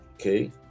okay